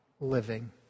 living